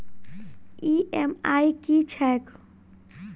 EMI की छैक?